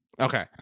Okay